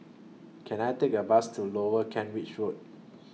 Can I Take A Bus to Lower Kent Ridge Road